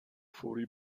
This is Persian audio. فوری